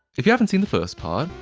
if you haven't seen the first part,